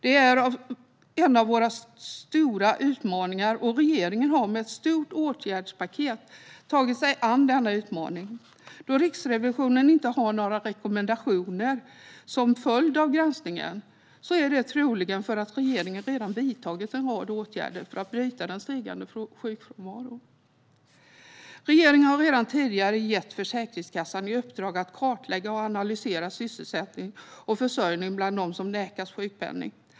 Det är en av våra stora utmaningar, och regeringen har med ett stort åtgärdspaket tagit sig an denna utmaning. Att Riksrevisionen inte har några rekommendationer som följd av granskningen är troligen för att regeringen redan vidtagit en rad åtgärder för att bryta den stigande sjukfrånvaron. Regeringen har redan tidigare gett Försäkringskassan i uppdrag att kartlägga och analysera sysselsättning och försörjning bland dem som nekas sjukpenning.